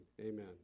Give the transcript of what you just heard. Amen